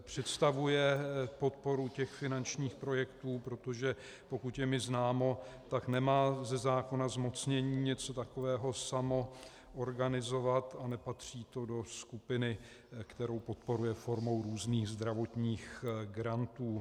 představuje podporu těch finančních projektů, protože pokud je mi známo, tak nemá ze zákona zmocnění něco takového samo organizovat a nepatří to do skupiny, kterou podporuje formou různých zdravotních grantů.